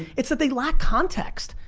it's that they lack context.